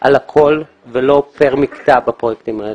על הכול ולא פר מקטע בפרויקטים האלה.